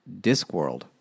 Discworld